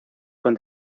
con